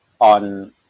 on